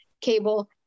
cable